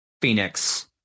Phoenix